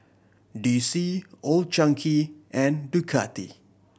D C Old Chang Kee and Ducati